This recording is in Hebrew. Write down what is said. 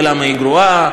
ולמה היא גרועה,